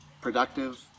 productive